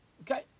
Okay